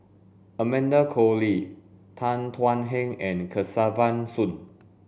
Amanda Koe Lee Tan Thuan Heng and Kesavan Soon